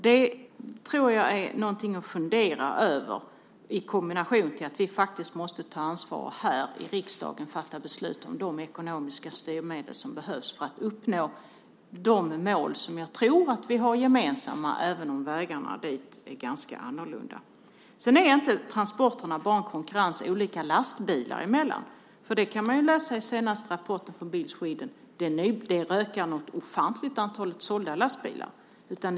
Det är någonting att fundera över i kombination med att vi måste ta ansvar här i riksdagen och fatta beslut om de ekonomiska styrmedel som behövs för att uppnå de mål som jag tror att vi har gemensamma, även om vägarna dit är ganska annorlunda. Transporterna är inte bara en konkurrens olika lastbilar emellan. Man kan man läsa i senaste rapporten från Bil Sweden att antalet sålda lastbilar ökar något ofantligt.